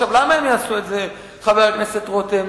למה הם יעשו את זה, חבר הכנסת רותם?